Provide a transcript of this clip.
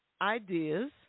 ideas